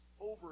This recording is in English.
over